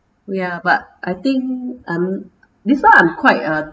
ya but I think um this one I'm quite uh